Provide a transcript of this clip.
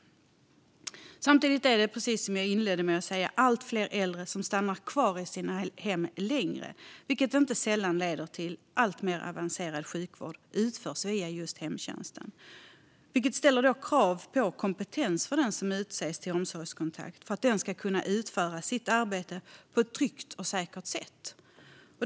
Samtidigt är det, precis som jag inledde med att säga, allt fler äldre som stannar kvar i sina hem längre, vilket inte sällan leder till att alltmer avancerad sjukvård utförs via just hemtjänsten. Det ställer krav på kompetens hos den som utses till omsorgskontakt för att den ska kunna utföra sitt arbete på ett tryggt och säkert sätt.